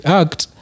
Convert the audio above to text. act